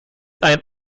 ein